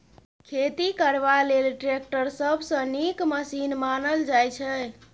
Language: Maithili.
खेती करबा लेल टैक्टर सबसँ नीक मशीन मानल जाइ छै